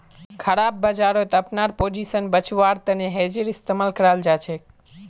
खराब बजारत अपनार पोजीशन बचव्वार तने हेजेर इस्तमाल कराल जाछेक